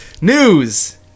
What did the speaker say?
news